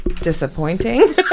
disappointing